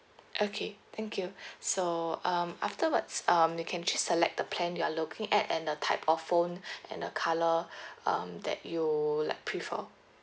okay thank you so um afterwards um you can just select the plan you are looking at and the type of phone and the colour um that you like prefer